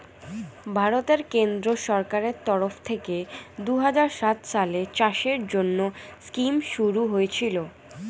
ভারতের কেন্দ্রীয় সরকারের তরফ থেকে দুহাজার সাত সালে চাষের জন্যে স্কিম শুরু হয়েছিল